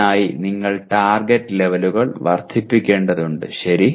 അതിനായി നിങ്ങൾ ടാർഗെറ്റ് ലെവലുകൾ വർദ്ധിപ്പിക്കേണ്ടതുണ്ട് ശരി